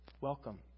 welcome